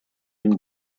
une